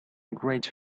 great